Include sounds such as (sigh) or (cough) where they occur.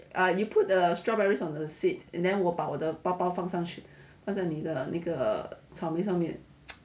(noise)